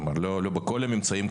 לא בכל הממצאים,